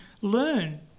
learn